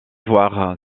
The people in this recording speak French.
voir